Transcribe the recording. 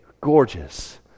gorgeous